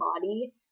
body